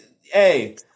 Hey